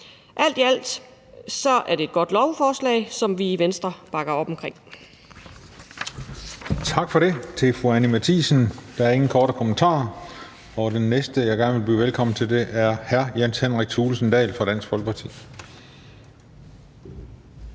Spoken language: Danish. Alt i alt er det et godt lovforslag, som vi i Venstre bakker op omkring. Kl. 18:16 Den fg. formand (Christian Juhl): Tak for det til fru Anni Matthiesen. Der er ingen korte bemærkninger. Den næste, jeg gerne vil byde velkommen, er hr. Jens Henrik Thulesen Dahl fra Dansk Folkeparti.